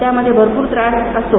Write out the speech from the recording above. त्यामध्ये मला भरपूर त्रास असतो